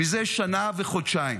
מזה שנה וחודשיים